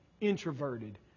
introverted